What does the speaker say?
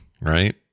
right